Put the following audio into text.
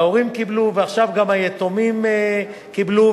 וההורים קיבלו, ועכשיו גם היתומים קיבלו.